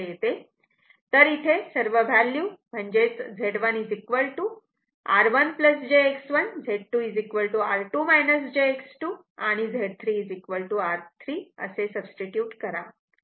तर इथे सर्व व्हॅल्यू म्हणजेच Z1 R1 jX1 Z2 R2 jX2 आणि Z 3 R3 असे सब्स्टिट्युट करा